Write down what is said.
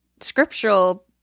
scriptural